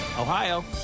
Ohio